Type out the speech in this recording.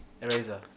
Eraser